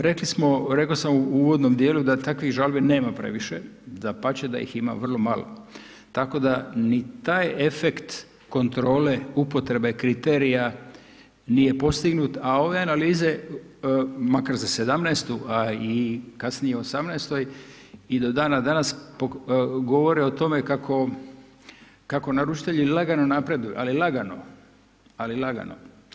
Rekli smo, rekao sam u uvodnom dijelu, da takvih žalbi nema previše, dapače da ih ima vrlo malo, tako da ni taj efekt kontrole upotrebe kriterija nije postignut, a ove analize, makar za '17. a i kasnije u '18. i do dana danas govore o tome kako naručitelji lagano napreduju, ali lagano.